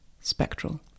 spectral